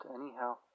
anyhow